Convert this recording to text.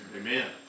Amen